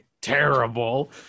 terrible